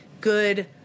good